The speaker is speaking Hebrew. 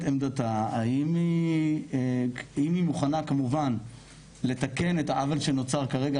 עמדתה אם היא מוכנה כמובן לתקן את העוול שנוצר כרגע,